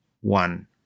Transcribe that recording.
one